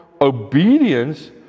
obedience